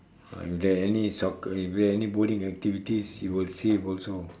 ah if there are any soccer if there are any bowling activities you will save also